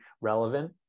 relevant